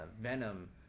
Venom